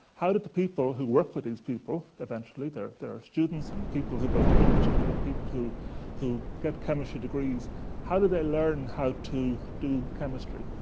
how do the people who work for these people eventually their their students and people who go to industry and people who who get chemistry degrees how do they learn how to do chemistry?